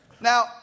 Now